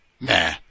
nah